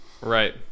Right